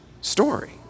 story